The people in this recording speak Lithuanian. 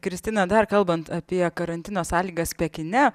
kristina dar kalbant apie karantino sąlygas pekine